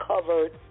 covered